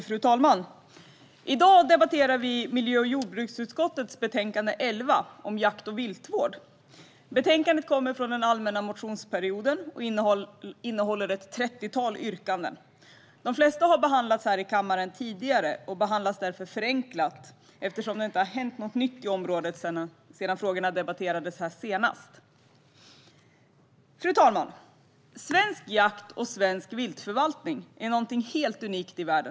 Fru talman! I dag debatterar vi miljö och jordbruksutskottets betänkande 11 om jakt och viltvård. Betänkandet kommer från den allmänna motionsperioden och innehåller ett trettiotal yrkanden. De flesta har behandlats i kammaren tidigare och behandlas nu därför förenklat eftersom det inte har hänt något nytt på området sedan frågorna debatterades här senast. Fru talman! Svensk jakt och svensk viltförvaltning är någonting helt unikt i världen.